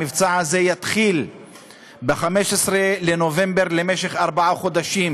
המבצע הזה יתחיל ב-15 בנובמבר ויימשך ארבעה חודשים.